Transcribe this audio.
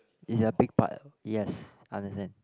it's a big part yes understand